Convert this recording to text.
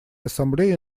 ассамблее